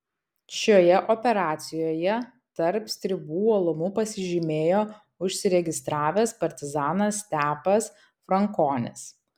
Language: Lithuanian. šioje operacijoje tarp stribų uolumu pasižymėjo užsiregistravęs partizanas stepas frankonis